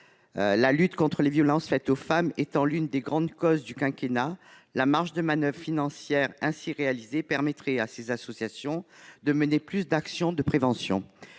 la lutte contre les violences faites aux femmes et intrafamiliales. Cette lutte étant l'une des grandes causes du quinquennat, la marge de manoeuvre financière ainsi dégagée permettrait à ces associations de mener plus d'actions de prévention.